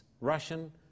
Russian